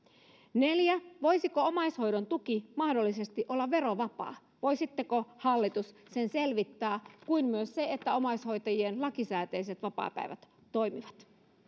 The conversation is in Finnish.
neljä voisiko omaishoidon tuki mahdollisesti olla verovapaa voisitteko hallitus sen selvittää kuin myös sen että omaishoitajien lakisääteiset vapaapäivät toimivat